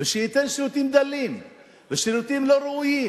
ושייתן שירותים דלים ושירותים לא ראויים?